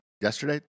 yesterday